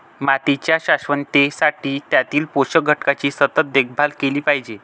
मातीच्या शाश्वततेसाठी त्यातील पोषक घटकांची सतत देखभाल केली पाहिजे